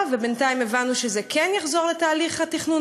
ובינתיים הבנו שזה כן יחזור לתהליך התכנון.